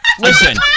Listen